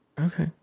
Okay